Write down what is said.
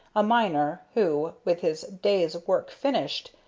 a miner, who, with his day's work finished,